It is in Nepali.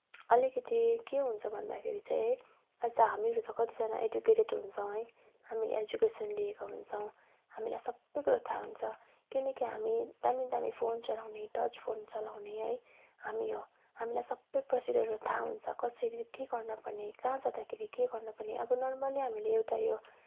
अलिकति के हुन्छ भन्दाखेरि चाहिँ है अझ हामीहरू त कतिजना एडुकेटेड हुन्छौँ है हामीले एजुकेसन लिएका हुन्छौँ हामीलाई सबै कुरा थाहा हुन्छ किनकि हामी दामी दामी फोन चलाउने टच फोन चलाउने है हामी हो हामीलाई सबै प्रोसिडियुरहरू थाहा हुन्छ कसरी के गर्नुपर्ने कहाँ जाँदाखेरि के गर्नुपर्ने अब नर्मली हामीले एउटा यो